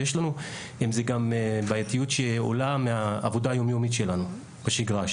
ויש לנו עם זה גם בעייתיות שעולה מהעבודה היום-יומית שלנו בשגרה,